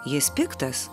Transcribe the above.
jis piktas